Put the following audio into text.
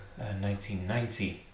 1990